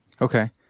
okay